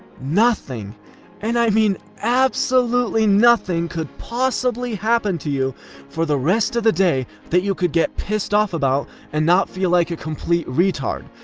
nothing and i mean absolutely nothing could possibly happen to you for the rest of the day that you could get pissed off about and not feel like a complete retard.